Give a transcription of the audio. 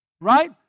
right